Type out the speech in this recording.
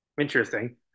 Interesting